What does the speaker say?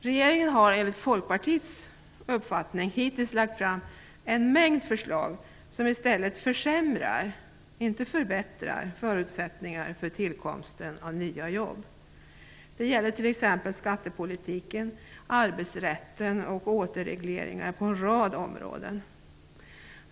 Regeringen har enligt Folkpartiets uppfattning hittills lagt fram en mängd förslag som i stället försämrar - inte förbättrar - förutsättningarna för tillkomsten av nya jobb. Det gäller t.ex. skattepolitiken, arbetsrätten och återregleringar på en rad områden.